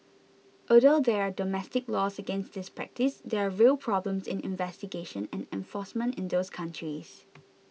although there are domestic laws against this practice there are real problems in investigation and enforcement in those countries